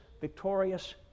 victorious